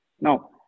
Now